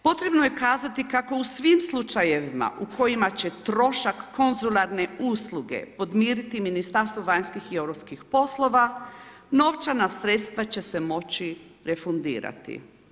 Potrebno je kazati kako u svim slučajevima u kojima će trošak konzularne usluge podmiriti Ministarstvo vanjskih i europskih poslova novčana sredstva će se moći refundirati.